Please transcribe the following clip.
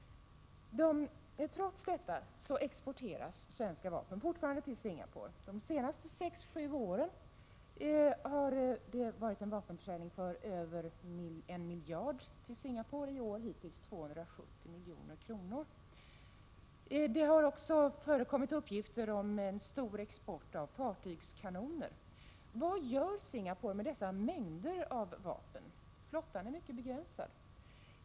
Trots detta exporteras svenska vapen fortfarande till Singapore. Under de senaste sex sju åren har det sålts vapen för över 1 miljard kronor till Singapore, hittills i år för 270 milj.kr. Det har också förekommit uppgifter om omfattande export av fartygskanoner. Vad gör Singapore med dessa mängder av vapen? Flottan är mycket begränsad.